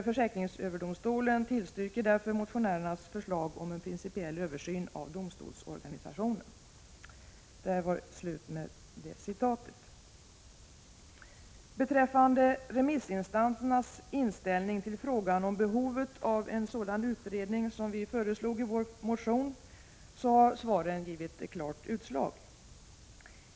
Försäkringsöverdomstolen tillstyrker därför motionärernas förslag om en principiell översyn av domstolsorganisationen.” Beträffande remissinstansernas inställning till frågan om behovet av en sådan utredning som vi föreslog i vår motion har svaren givit ett klart utslag.